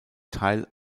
teil